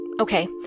okay